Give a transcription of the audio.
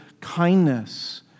kindness